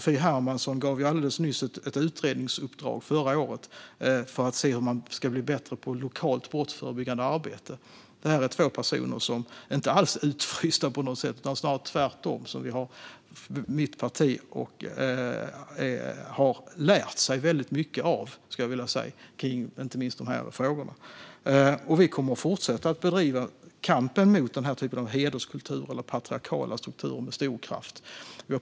Förra året gav jag Ann-Sofie Hermansson ett utredningsuppdrag för att se hur det går att bli bättre på lokalt brottsförebyggande arbete. Det är två personer som inte alls är utfrysta på något sätt. Tvärtom har mitt parti lärt sig mycket av dessa personer i dessa frågor. Vi kommer att fortsätta att bedriva kampen mot den typen av hederskultur - patriarkala strukturer - med stor kraft.